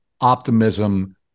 optimism